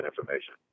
information